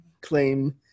claim